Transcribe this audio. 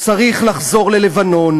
צריך לחזור ללבנון,